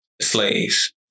Slaves